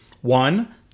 One